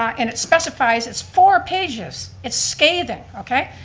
and it specifies it's four pages, it's scathing, okay?